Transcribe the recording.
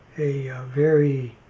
a very